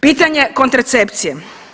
Pitanje kontracepcije.